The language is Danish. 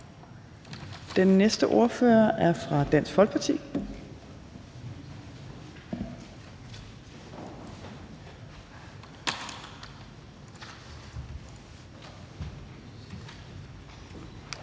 Den næste ordfører er fra Dansk Folkeparti.